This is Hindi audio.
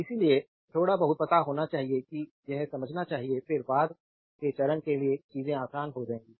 इसलिए थोड़ा बहुत पता होना चाहिए कि यह समझना चाहिए फिर बाद के चरण के लिए चीजें आसान हो जाएंगी